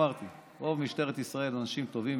אמרתי: רוב משטרת ישראל הם אנשים טובים,